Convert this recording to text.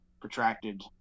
protracted